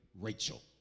Rachel